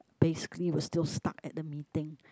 basically was still stuck at the meeting